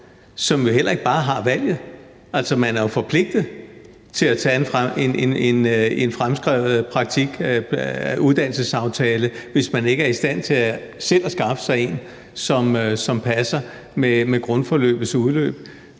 som heller ikke bare har valget. Man er jo forpligtet til at tage en fremskrevet praktikuddannelsesaftale, hvis man ikke er i stand til selv at skaffe sig en, som passer med grundforløbets udløb.